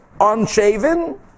unshaven